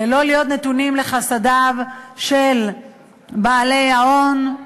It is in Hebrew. לא להיות נתונים לחסדיהם של בעלי ההון.